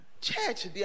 church